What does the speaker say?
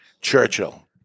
Churchill